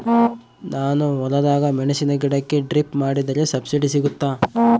ನಾನು ಹೊಲದಾಗ ಮೆಣಸಿನ ಗಿಡಕ್ಕೆ ಡ್ರಿಪ್ ಮಾಡಿದ್ರೆ ಸಬ್ಸಿಡಿ ಸಿಗುತ್ತಾ?